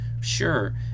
sure